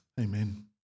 amen